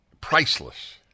priceless